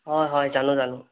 হয় হয় জানো জানো